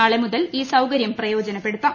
നാളെ മുതൽ ഈ സൌകര്യം പ്രയോജനപ്പെടുത്താം